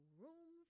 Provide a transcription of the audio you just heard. room